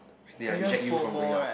they are reject you from going out